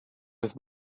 with